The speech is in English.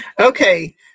Okay